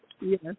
yes